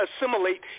assimilate